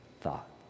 thought